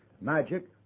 magic